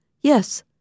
Yes